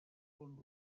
font